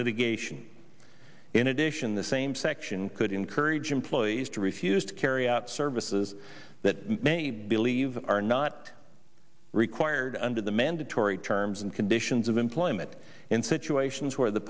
litigation in addition the same section could encourage employees to refuse to carry out services that many believe are not required under the mandatory terms and conditions of employment in situations where the